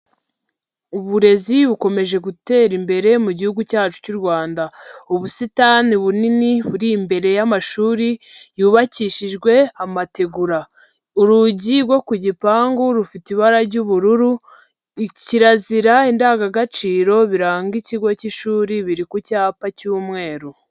Uburezi bukomeje gutera imbere mu gihugu cyacu cy'u Rwanda, ubusitani bunini buri imbere y'amashuri, yubakishijwe amategura, urugi rwo ku gipangu rufite ibara ry'ubururu, kirazira, indangagaciro biranga ikigo cy'ishuri biri ku cyapa cy'umweru.